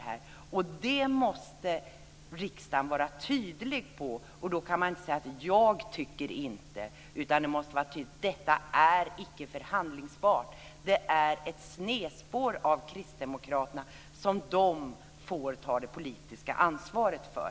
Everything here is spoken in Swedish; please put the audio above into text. Där måste riksdagen vara tydlig, och då kan man inte säga: Jag tycker inte det. Det måste sägas tydligt att detta icke är förhandlingsbart. Det är ett snedspår av kristdemokraterna som de får ta det politiska ansvaret för.